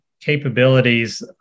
capabilities